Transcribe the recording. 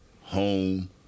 home